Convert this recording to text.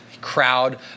crowd